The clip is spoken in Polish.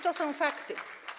To są fakty.